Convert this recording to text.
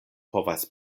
povas